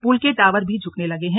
पुल के टावर भी झुकने लगे हैं